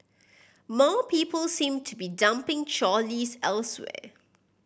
more people seem to be dumping trolleys elsewhere